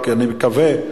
רק אני מקווה,